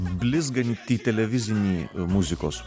blizgantį televizinį muzikos